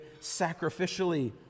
sacrificially